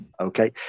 okay